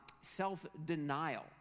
self-denial